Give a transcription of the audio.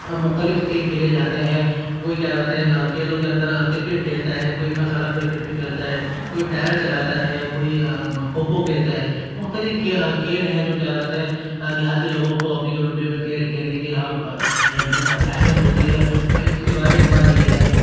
اب مختلف کھیل کھیلے جاتے ہیں کوئی کیا کہتے ہیں کھیتوں کے اندر کرکٹ کھیلتا ہے کوئی سڑک پہ کرکٹ کھیلتا ہے کوئی ٹائر چلاتا ہے کوئی کھوکھو کھیلتا ہے مختلف کھیل ہے جو کیا کہتے ہیں دیہاتی لوگوں کو اپنی کمیونٹی میں کھیل کھیلنے کی اہمیت ہوتی ہے اس کے بارے میں ہماری یہی رائے ہے